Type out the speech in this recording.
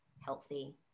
healthy